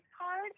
card